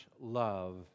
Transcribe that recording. love